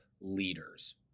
leaders